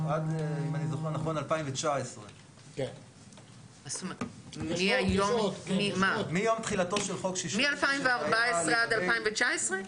אם אני זוכר נכון עד 2019. מ-2014 עד 2019?